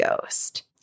ghost